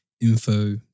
info